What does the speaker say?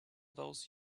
those